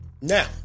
Now